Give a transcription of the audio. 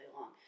long